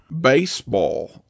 baseball